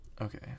Okay